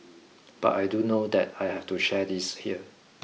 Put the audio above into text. but I do know that I have to share this here